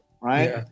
right